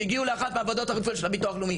שהגיעו לאחת מהוועדות של הביטוח לאומי,